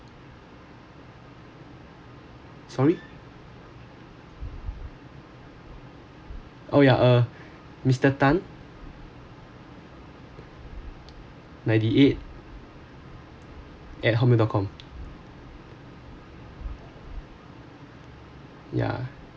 sorry oh yeah uh mister tan ninety eight at hotmail dot com yeah